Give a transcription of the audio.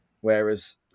whereas